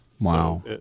Wow